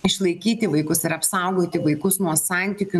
išlaikyti vaikus ir apsaugoti vaikus nuo santykių